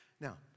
now